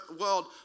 world